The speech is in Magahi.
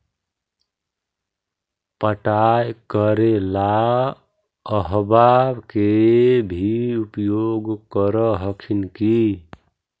पटाय करे ला अहर्बा के भी उपयोग कर हखिन की?